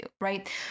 right